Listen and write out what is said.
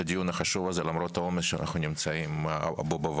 הדיון החשוב הזה למרות העומס בו אנחנו נמצאים בוועדות.